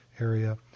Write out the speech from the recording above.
area